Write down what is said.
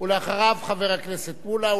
ואחריו חבר הכנסת מולה.